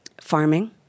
farming